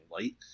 light